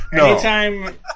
Anytime